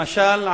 למשל,